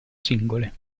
singole